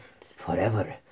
Forever